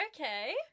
Okay